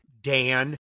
dan